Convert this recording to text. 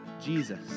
Jesus